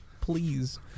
Please